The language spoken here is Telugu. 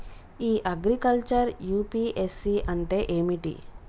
ఇ అగ్రికల్చర్ యూ.పి.ఎస్.సి అంటే ఏమిటి?